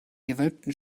gewölbten